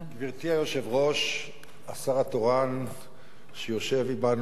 גברתי היושבת-ראש, השר התורן שיושב עמנו,